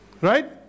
Right